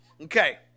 Okay